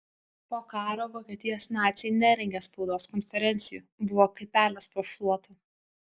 po karo vokietijos naciai nerengė spaudos konferencijų buvo kaip pelės po šluota